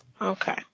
Okay